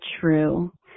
true